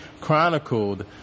chronicled